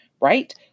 right